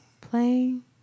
playing